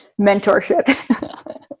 mentorship